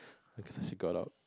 she got out